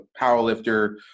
powerlifter